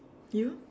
you